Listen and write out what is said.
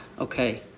okay